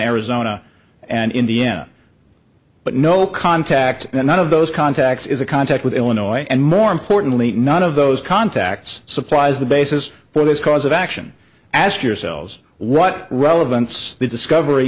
arizona and in the end but no contact and none of those contacts is a contact with illinois and more importantly none of those contacts supplies the basis for this cause of action ask yourselves what relevance the discovery